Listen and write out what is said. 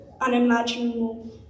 unimaginable